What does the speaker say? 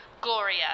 Gloria